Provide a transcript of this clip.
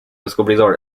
descubridor